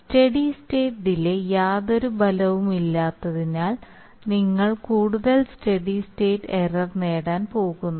steady state delay യാതൊരു ഫലവുമില്ലാത്തതിനാൽ നിങ്ങൾ കൂടുതൽ സ്റ്റെഡി സ്റ്റേറ്റ് എറർ നേടാൻ പോകുന്നു